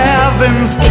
Heaven's